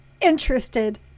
interested